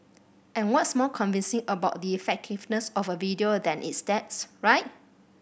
and what's more convincing about the effectiveness of a video than its stats right